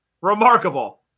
Remarkable